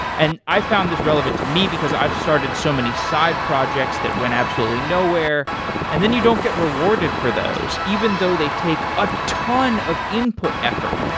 and i found this relevant to me, because i've started so many side projects that went absolutely nowhere and then you don't get rewarded for those even though they take a ton of input effort,